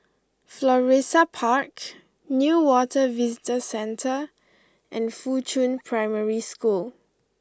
Florissa Park Newater Visitor Centre and Fuchun Primary School